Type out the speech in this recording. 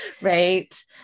right